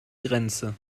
grenze